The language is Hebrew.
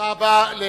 תודה רבה.